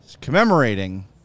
commemorating